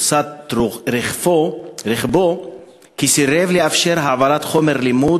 הוצת רכבו כי סירב לאפשר העברת חומר לימוד